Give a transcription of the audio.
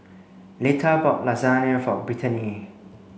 Leta bought Lasagne for Brittanie